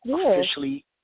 officially